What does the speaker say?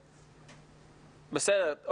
בסדר.